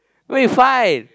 why you find